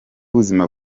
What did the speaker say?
ubuzima